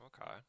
Okay